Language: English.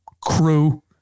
crew